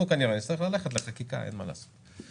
אנחנו כנראה נצטרך ללכת לחקיקה, אין מה לעשות.